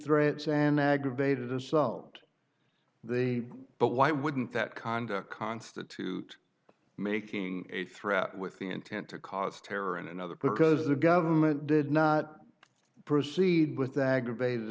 threats and aggravated assault the but why wouldn't that conduct constitute making a threat with the intent to cause terror and another because the government did not proceed with aggravated